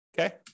okay